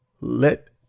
let